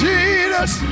Jesus